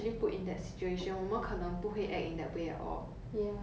what determines of whether 你真的是好还是真的是坏 is